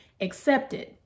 accepted